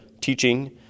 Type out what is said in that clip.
teaching